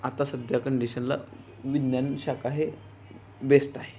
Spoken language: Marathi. आता सध्या कंडिशनला विज्ञान शाखा हे बेस्ट आहे